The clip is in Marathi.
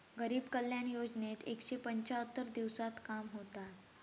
गरीब कल्याण योजनेत एकशे पंच्याहत्तर दिवसांत काम होता